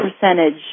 percentage